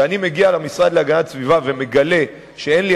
אני מגיע למשרד להגנת הסביבה ומגלה שאין לי